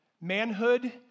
Manhood